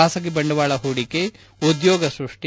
ಬಾಸಗಿ ಬಂಡವಾಳ ಹೂಡಿಕೆ ಉದ್ಯೋಗ ಸೃಷ್ಟಿ